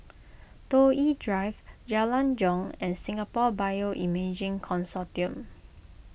Toh Yi Drive Jalan Jong and Singapore Bioimaging Consortium